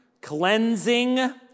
cleansing